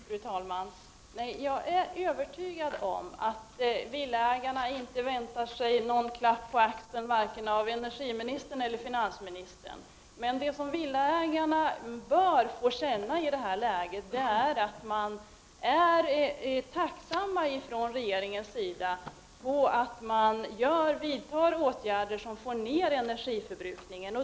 Fru talman! Nej, jag är övertygad om att villaägarna inte väntar sig någon klapp på axeln vare sig av energiministern eller av finansministern. Men villaägarna bör i detta läge få känna att man från regeringens sida är tacksam för att det vidtas åtgärder för att få ned energiförbrukningen.